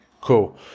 Cool